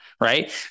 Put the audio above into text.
Right